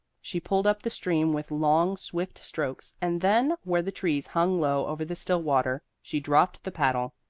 she pulled up the stream with long, swift strokes, and then, where the trees hung low over the still water, she dropped the paddle,